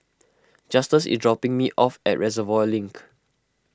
Justus is dropping me off at Reservoir Link